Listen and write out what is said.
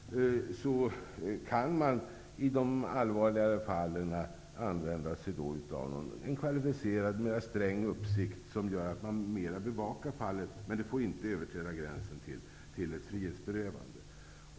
Då kan man i de allvarligare fallen använda sig av en kvalificerad och mera sträng uppsikt. Då kan man bevaka personen bättre, men det får inte överträda gränsen till frihetsberövande.